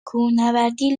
کوهنوردی